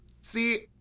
See